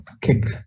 kick